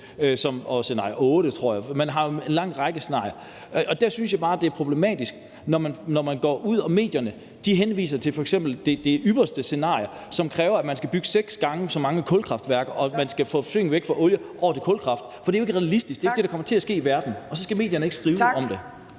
og scenarie 8, tror jeg, for man har jo en lang række scenarier. Og der synes jeg bare, det er problematisk, når man i medierne henviser til f.eks. det ypperste scenarie, som kræver, at der skal bygges seks gange så mange kulkraftværker og forsyningen skal overgå fra olie til kulkraft, for det er jo ikke realistisk, det er ikke det, der kommer til at ske i verden, og så skal medierne ikke skrive om det.